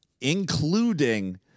including